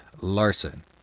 Larson